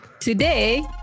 Today